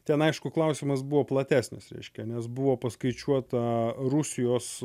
ten aišku klausimas buvo platesnis reiškia nes buvo paskaičiuota rusijos